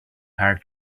hard